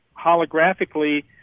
holographically